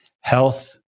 health